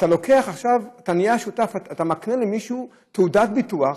אתה מקנה למישהו תעודת ביטוח,